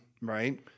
right